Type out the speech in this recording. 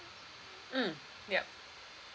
mm ya